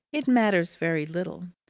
it matters very little.